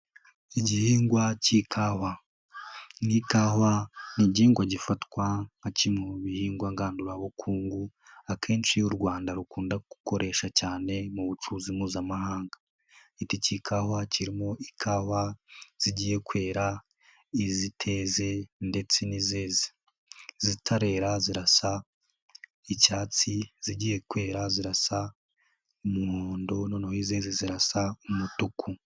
Igihingwa cy'ikawa n'ikawa n'igihingwa gifatwa nka kimwe mu bihingwa ngandurabukungu akenshi iyo u Rwanda rukunda gukoresha cyane mu bucuruzi mpuzamahanga. Igiti k'ikawa kirimo ikawa zigiye kwera iziteze ndetse izitarera zirasa icyatsi izigiye kwera zirasa umuhondo noneho izindi zirasa umutuku.